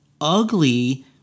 ugly